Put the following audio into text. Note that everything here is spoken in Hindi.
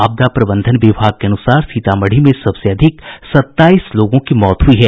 आपदा प्रबंधन विभाग के अनुसार सीतामढ़ी में सबसे अधिक सत्ताईस लोगों की मौत हुयी है